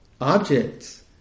objects